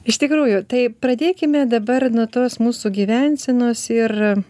iš tikrųjų tai pradėkime dabar nuo tos mūsų gyvensenos ir